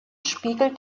spiegelt